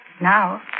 Now